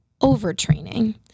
overtraining